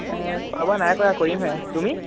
খোৱা বোৱা নাই কৰা কৰিমহে তুমি